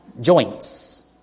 Joints